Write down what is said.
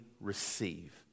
receive